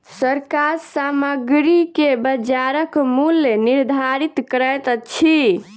सरकार सामग्री के बजारक मूल्य निर्धारित करैत अछि